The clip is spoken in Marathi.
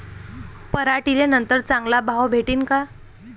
पराटीले नंतर चांगला भाव भेटीन का?